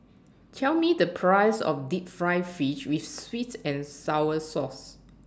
Tell Me The Price of Deep Fried Fish with Sweet and Sour Sauce